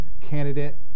candidate